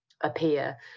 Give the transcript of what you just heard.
appear